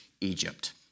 Egypt